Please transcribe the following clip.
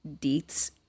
deets